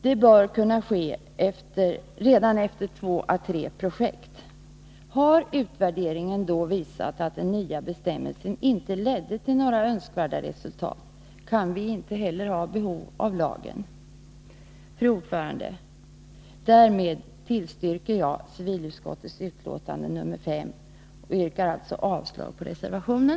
Det bör kunna ske redan efter två å tre projekt. Har utvärderingen då visat att den nya bestämmelsen inte lett till några önskvärda resultat, kan vi inte heller ha behov av lagen. Fru talman! Jag tillstyrker därmed civilutskottets hemställan i betänkande nr 5, och yrkar alltså avslag på reservationen.